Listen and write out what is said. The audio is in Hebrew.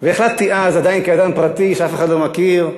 החלטתי אז, עדיין כאדם פרטי שאף אחד לא מכיר,